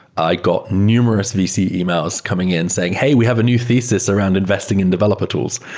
i got numerous vc emails coming in saying, hey! we have a new thesis around investing in developer tools,